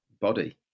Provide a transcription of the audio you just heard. body